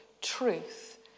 truth